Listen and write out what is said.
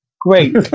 Great